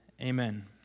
Amen